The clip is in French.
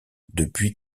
depuis